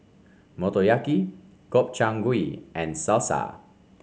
Motoyaki Gobchang Gui and Salsa